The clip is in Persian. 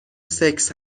سکس